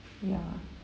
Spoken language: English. ya